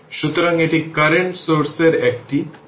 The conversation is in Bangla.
সুতরাং এটি কারেন্ট সৌরসের একটি রেপ্রেজেন্টেশন